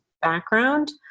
background